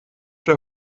der